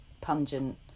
pungent